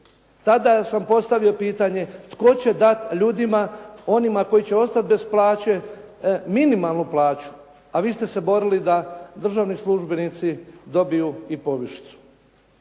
tada sam postavio pitanje, tko će dati ljudima, onima koji će ostati bez plaće minimalnu plaću? A vi ste se borili da državni službenici dobiju i povišicu.